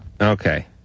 Okay